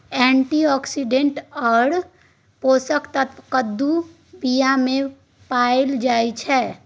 antioxidant आओर पोषक तत्व कद्दूक बीयामे पाओल जाइत छै